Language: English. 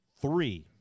three